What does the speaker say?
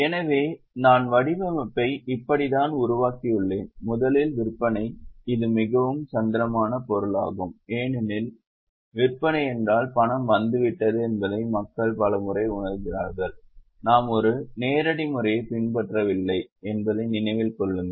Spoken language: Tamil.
எனவே நான் வடிவமைப்பை இப்படித்தான் உருவாக்கியுள்ளேன் முதலில் விற்பனை இது மிகவும் தந்திரமான பொருளாகும் ஏனென்றால் விற்பனை என்றால் பணம் வந்துவிட்டது என்பதை மக்கள் பலமுறை உணர்கிறார்கள் நாம் ஒரு நேரடி முறையைப் பின்பற்றவில்லை என்பதை நினைவில் கொள்ளுங்கள்